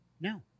No